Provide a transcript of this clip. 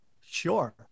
Sure